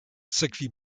sekvi